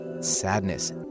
sadness